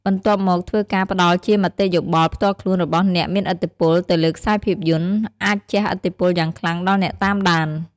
បន្ទាប់មកធ្វើការផ្ដល់ជាមតិយោបល់ផ្ទាល់ខ្លួនរបស់អ្នកមានឥទ្ធិពលទៅលើខ្សែភាពយន្ត អាចជះឥទ្ធិពលយ៉ាងខ្លាំងដល់អ្នកតាមដាន ។